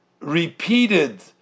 repeated